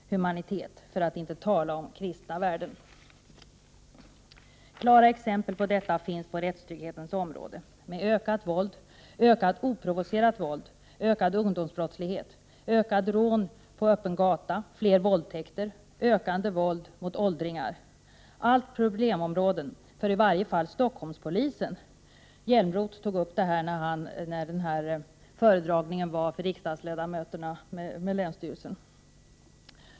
1988/89:60 att inte tala om kristna värden. 2 februari 1989 Klara exempel på detta finns på rättstrygghetens område med ökat våld, ökat oprovocerat våld, ökad ungdomsbrottslighet, ökade rån på öppen gata, fler våldtäkter, ökande våld mot åldringar — problemområden för i varje fall Stockholmspolisen. Hjälmroth tog upp detta vid föredragningen för riksda Lo gens ledamöter i länsstyrelsen.